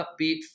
upbeat